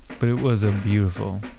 but it was a beautiful,